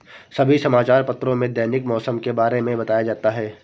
सभी समाचार पत्रों में दैनिक मौसम के बारे में बताया जाता है